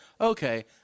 okay